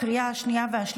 בעד, 18,